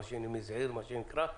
מה שנקרא,